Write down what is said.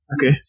Okay